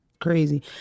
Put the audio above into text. crazy